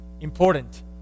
important